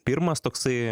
pirmas toksai